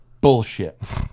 Bullshit